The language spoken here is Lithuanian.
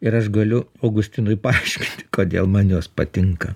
ir aš galiu augustinui paaiškinti kodėl man jos patinka